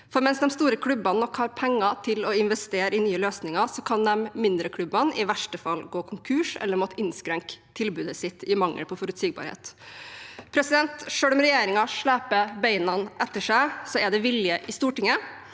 For mens de store klubbene nok har penger til å investere i nye løsninger, kan de mindre klubbene i verste fall gå konkurs eller måtte innskrenke tilbudet sitt i mangel på forutsigbarhet. Selv om regjeringen sleper bena etter seg, er det vilje i Stortinget.